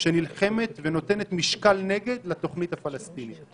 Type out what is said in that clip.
שנלחמת ונותנת משקל-נגד לתוכנית הפלסטינית.